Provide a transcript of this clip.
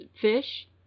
fish